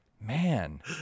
Man